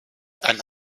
ein